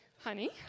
Honey